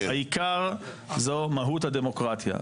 העיקר זאת מהות הדמוקרטיה.